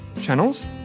channels